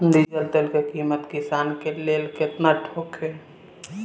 Diesel तेल के किमत किसान के लेल केतना होखे?